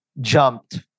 jumped